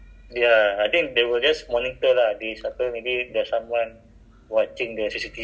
don't don't ah what you call that scan out ah checkout from the place